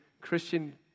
Christian